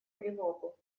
тревогу